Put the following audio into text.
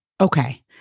Okay